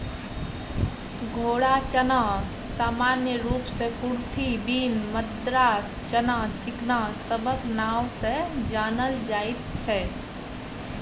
घोड़ा चना सामान्य रूप सँ कुरथी, बीन, मद्रास चना, चिकना सबक नाओ सँ जानल जाइत छै